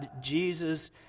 Jesus